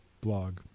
blog